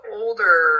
older